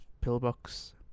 pillbox